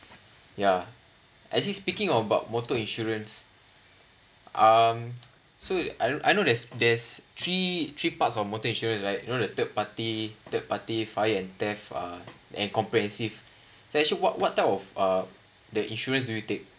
ya actually speaking about motor insurance um so I I know there's there's three three parts of motor insurance right you know the third party the party fire and death uh and comprehensive so actually what what type of uh the insurance do you take